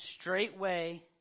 straightway